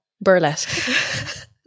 Burlesque